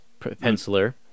penciler